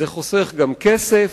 זה חוסך גם כסף,